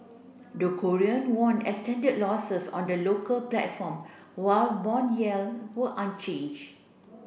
the Korean won extended losses on the local platform while bond yield were unchanged